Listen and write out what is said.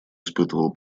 испытывал